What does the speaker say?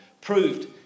proved